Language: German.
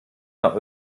nach